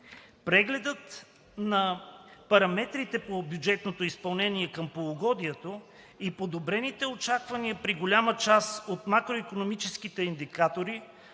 Прегледът на параметрите по бюджетното изпълнение към полугодието и подобрените очаквания при голяма част от макроикономическите индикатори